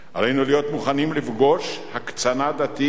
עלינו להיות מוכנים לפגוש הקצנה דתית,